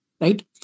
right